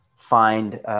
Find